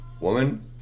Woman